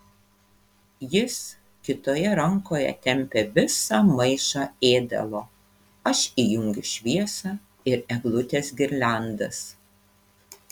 jis kitoje rankoje tempia visą maišą ėdalo aš įjungiu šviesą ir eglutės girliandas